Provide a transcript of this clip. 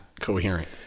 coherent